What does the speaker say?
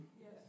Yes